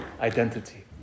Identity